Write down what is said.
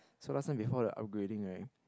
so last time before the upgrading right